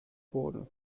boden